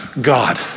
God